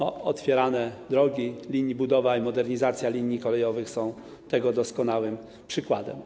Otwierane drogi oraz budowa i modernizacja linii kolejowych są tego doskonałym przykładem.